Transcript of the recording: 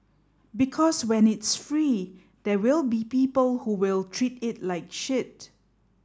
because when it's free there will be people who will treat it like shit